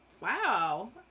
Wow